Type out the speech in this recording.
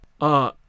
Uh